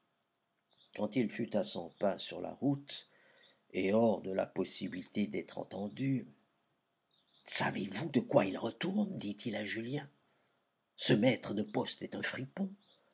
quand il fut à cent pas sur la route et hors de la possibilité d'être entendu savez-vous de quoi il retourne dit-il à julien ce maître de poste est un fripon